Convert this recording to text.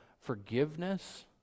forgiveness